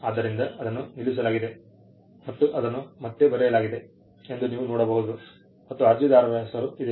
ಆದ್ದರಿಂದ ಅದನ್ನು ನಿಲ್ಲಿಸಲಾಗಿದೆ ಮತ್ತು ಅದನ್ನು ಮತ್ತೆ ಬರೆಯಲಾಗಿದೆ ಎಂದು ನೀವು ನೋಡಬಹುದು ಮತ್ತು ಅರ್ಜಿದಾರರ ಹೆಸರು ಇದೆ